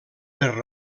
per